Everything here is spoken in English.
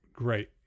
great